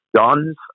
Guns